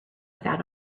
without